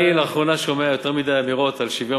אני לאחרונה שומע יותר מדי אמירות על שוויון